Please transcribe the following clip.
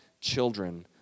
children